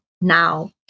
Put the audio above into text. now